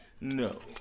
No